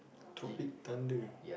topic thunder